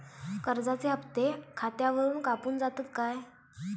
कर्जाचे हप्ते खातावरून कापून जातत काय?